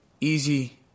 easy